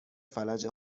فلج